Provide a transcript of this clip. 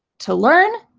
to learn,